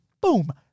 Boom